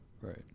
right